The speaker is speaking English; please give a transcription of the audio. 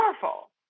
powerful